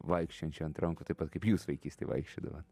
vaikščiojančio ant rankų taip pat kaip jūs vaikystėj vaikščiodavot